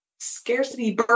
scarcity